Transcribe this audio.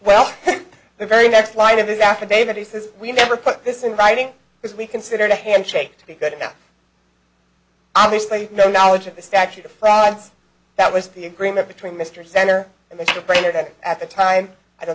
well the very next line of his affidavit he says we never put this in writing because we considered a handshake to be good enough obviously no knowledge of the statute of frauds that was the agreement between mr center and the prayer that at the time i don't